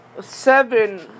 seven